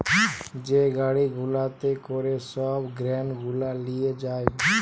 যে গাড়ি গুলাতে করে সব গ্রেন গুলা লিয়ে যায়